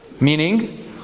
Meaning